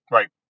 Right